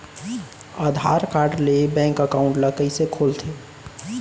आधार card ले bank account ल कइसे खोलथे?